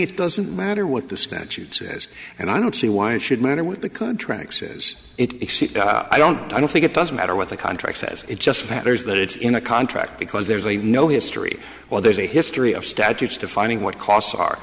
it doesn't matter what the statute says and i don't see why it should matter what the contract says it i don't i don't think it doesn't matter what the contract says it just matters that it's in a contract because there's a no history well there's a history of statutes defining what costs are